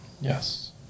Yes